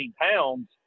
pounds